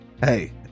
Hey